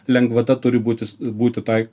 lengvata turi būti būti tai